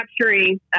capturing